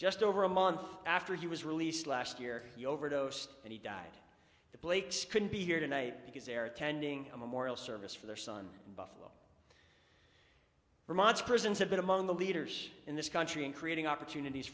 just over a month after he was released last year he overdosed and he died the blakes couldn't be here tonight because they're attending a memorial service for their son buff vermont's prisons have been among the leaders in this country in creating opportunities